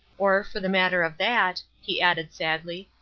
or, for the matter of that, he added sadly,